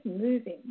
moving